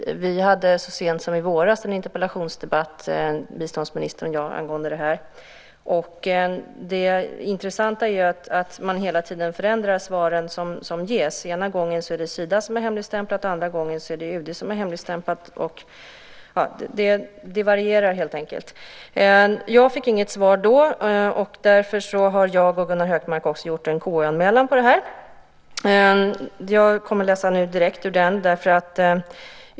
Biståndsministern och jag hade så sent som i våras en interpellationsdebatt angående denna fråga. Det intressanta är att man hela tiden förändrar svaren som ges. Ena gången är det Sida som hemligstämplat och andra gånger är det UD som gjort det. Det varierar helt enkelt. Jag fick inget svar då, och därför har jag och Gunnar Hökmark gjort en KU-anmälan om detta. Jag kommer nu att läsa direkt ur den anmälan.